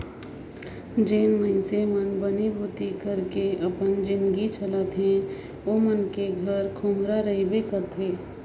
जेन मइनसे मन बनी भूती कइर के अपन जिनगी चलाथे ओमन कर घरे खोम्हरा रहबे करथे